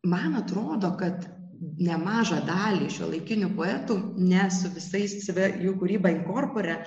man atrodo kad nemažą dalį šiuolaikinių poetų ne su visais sve jų kūrybai korpore